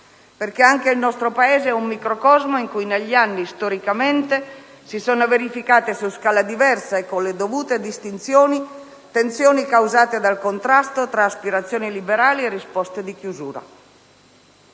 perché anche il nostro Paese è un microcosmo in cui negli anni, storicamente, si sono verificate, su scala diversa e con le dovute distinzioni, tensioni causate dal contrasto tra aspirazioni liberali e risposte di chiusura.